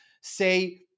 Say